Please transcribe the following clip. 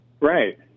Right